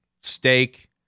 Steak